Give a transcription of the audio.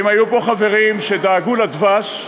אם היו פה חברים שדאגו לדבש,